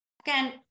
Again